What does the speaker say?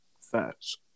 Facts